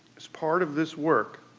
as part of this work,